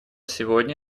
сегодня